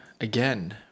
again